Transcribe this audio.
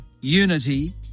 unity